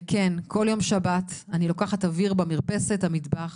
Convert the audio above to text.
כן, כל יום שבת אני לוקחת אוויר במרפסת המטבח